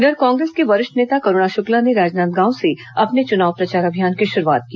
इधर कांग्रेस की वरिष्ठ नेता करूणा शुक्ला ने राजनांदगांव से अपने चुनाव प्रचार अभियान की शुरूआत की